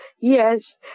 Yes